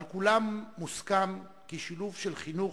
על כולם מוסכם כי שילוב של חינוך,